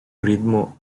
ritmo